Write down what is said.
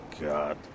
God